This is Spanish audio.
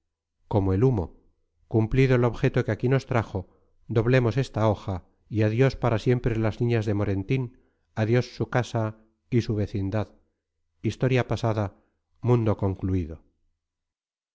como el humo cumplido el objeto que aquí nos trajo doblemos esta hoja y adiós para siempre las niñas de morentín adiós su casa y su vecindad historia pasada mundo concluido